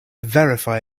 verify